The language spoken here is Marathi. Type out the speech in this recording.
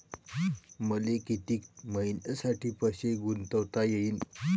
मले कितीक मईन्यासाठी पैसे गुंतवता येईन?